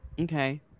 okay